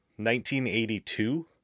1982